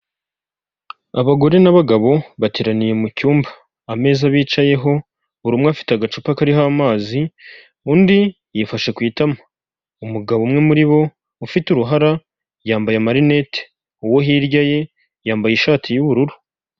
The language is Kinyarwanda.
Abagore n'abagabo bateraniye mu cyumba, ameza bicayeho buri umwe afite agacupa kariho amazi, undi yifashe ku itama, umugabo umwe muri bo ufite uruhara yambaye amarinete uwo hirya ye yambaye ishati y'ubururu.